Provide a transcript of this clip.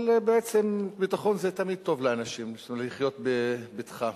אבל בעצם ביטחון זה תמיד טוב לאנשים, לחיות בבטחה.